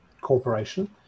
corporation